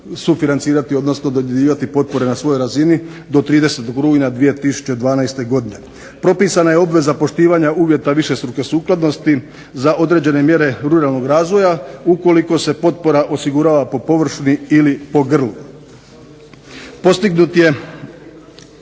sufinancirati, odnosno dodjeljivati potpore na svojoj razini do 30. Rujna 2012. godine. Propisana je obveza poštivanja uvjeta višestruke sukladnosti za određene mjere ruralnog razvoja ukoliko se potpora osigurava po površini ili po grlu. Postignut je,